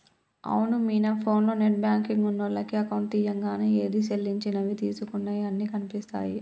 అవును మీనా ఫోన్లో net banking ఉన్నోళ్లకు అకౌంట్ తీయంగానే ఏది సెల్లించినవి తీసుకున్నయి అన్ని కనిపిస్తాయి